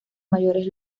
mayores